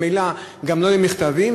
ממילא גם לא יהיו מכתבים,